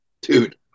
Dude